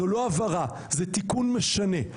זו לא עברה, זה תיקון משנה.